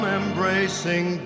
embracing